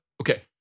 Okay